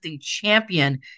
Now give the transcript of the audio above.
champion